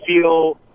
feel